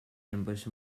ambush